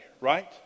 right